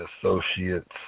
Associates